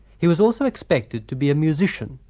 he was also expected to be a musician,